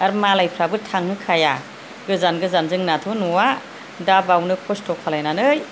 आरो मालायफ्राबो थांहोखाया गोजान गोजान जोंनाथ' न'आ दा बावनो खस्थ' खालायनानै